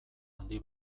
handi